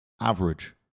average